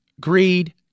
greed